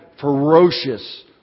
ferocious